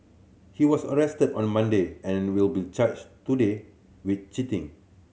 he was arrested on Monday and will be charged today with cheating